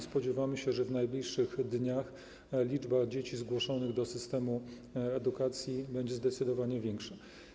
Spodziewamy się, że w najbliższych dniach liczba dzieci zgłoszonych do systemu edukacji będzie zdecydowanie większa.